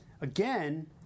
Again